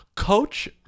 Coach